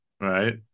Right